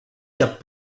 cap